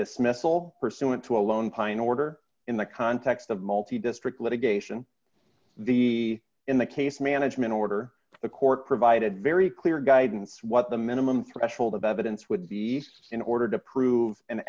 dismissal pursuant to a lone pine order in the context of multi district litigation the in the case management order the court provided very clear guidance what the minimum threshold of evidence would be in order to prove an